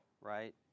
right